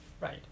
Right